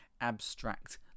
abstract